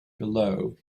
below